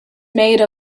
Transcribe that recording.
made